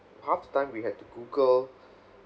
half the time we have to google